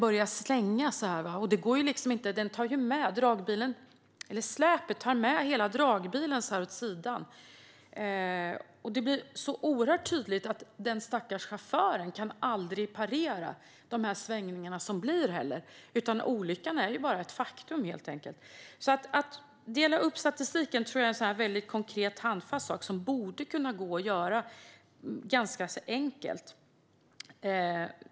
Där syns hur trailern börjar slänga fram och tillbaka. Släpet tar med hela dragbilen åt sidan. Det blir så oerhört tydligt att den stackars chauffören inte kan parera svängningarna, och olyckan är ett faktum. Att dela upp statistiken är en konkret, handfast sak som borde gå att göra enkelt.